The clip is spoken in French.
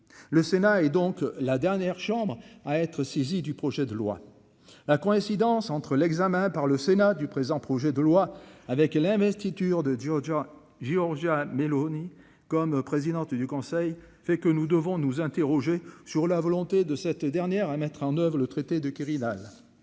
Le Sénat, et donc la dernière chambre à être saisi du projet de loi la coïncidence entre l'examen par le Sénat du présent projet de loi avec elle investi. Dur de Giorgia Giorgia Meloni comme présidente du conseil fait que nous devons nous interroger. Sur la volonté de cette dernière à mettre en oeuvre le traité de Quirinal,